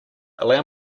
allow